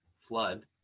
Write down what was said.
flood